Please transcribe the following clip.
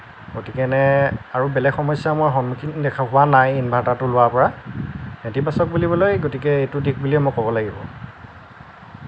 গতিকেনে আৰু বেলেগ সমস্যাৰ মই সন্মুখীন হোৱা নাই ইনভাৰ্টাৰটো লোৱাৰ পৰা নেতিবাচক বুলিবলৈ গতিকে এইটো দিশ বুলিয়ে মই ক'ব লাগিব